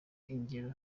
ingero